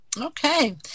Okay